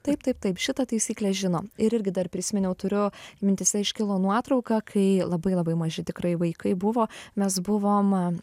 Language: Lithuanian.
taip taip taip šitą taisyklę žino ir irgi dar prisiminiau turiu mintyse iškilo nuotrauka kai labai labai maži tikrai vaikai buvo mes buvom